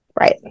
Right